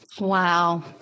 Wow